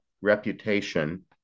reputation